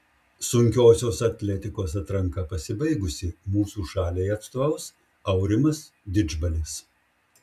sunkiosios atletikos atranka pasibaigusi mūsų šaliai atstovaus aurimas didžbalis